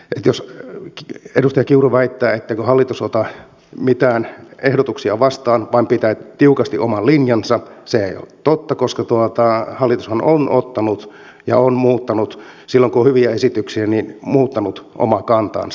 jos edustaja kiuru väittää ettei hallitus ota mitään ehdotuksia vastaan vaan pitää tiukasti oman linjansa niin se ei ole totta koska hallitushan on ottanut ja silloin kun on hyviä esityksiä on muuttanut omaa kantaansa